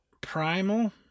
Primal